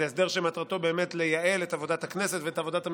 זה הסדר שמטרתו לייעל את עבודת הכנסת ואת עבודת הממשלה.